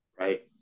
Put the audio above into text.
right